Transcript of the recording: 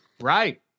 right